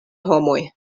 homoj